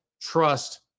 trust